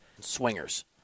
Swingers